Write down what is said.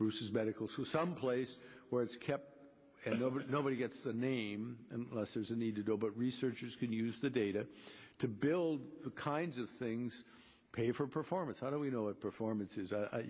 bruces medical to some place where it's kept and over it nobody gets a name and plus there's a need to go but researchers can use the data to build the kinds of things pay for performance how do we know if performance is